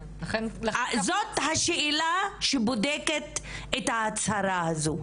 זאת השאלה שבודקת את ההצהרה הזו: